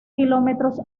kilómetros